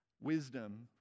wisdom